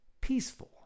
peaceful